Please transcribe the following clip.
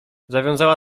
zawiązała